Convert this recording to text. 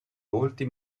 volti